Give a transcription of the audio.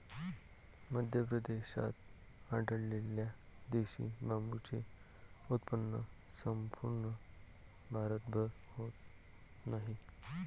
मध्य प्रदेशात आढळलेल्या देशी बांबूचे उत्पन्न संपूर्ण भारतभर होत नाही